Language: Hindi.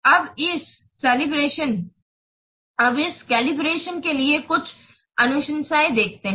अब इस केलिब्रतिओन के लिए कुछ अनुशंसाएँ देखते हैं